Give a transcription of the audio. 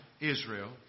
Israel